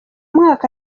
mwaka